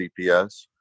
CPS